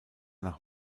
nach